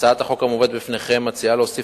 אם כן,